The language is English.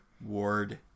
ward